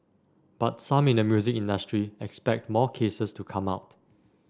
but some in the music industry expect more cases to come out